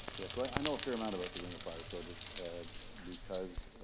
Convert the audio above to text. yeah, so i know a fair amount about the ring of fire project because,